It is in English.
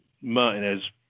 Martinez